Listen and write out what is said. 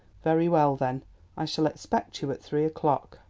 very well, then i shall expect you at three o'clock.